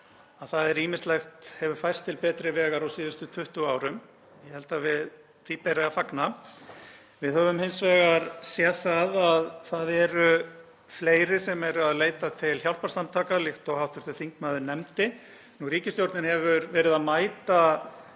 að ýmislegt hefur færst til betri vegar á síðustu 20 árum. Ég held að því beri að fagna. Við höfum hins vegar séð að það eru fleiri sem leita til hjálparsamtaka, líkt og hv. þingmaður nefndi. Ríkisstjórnin hefur verið að mæta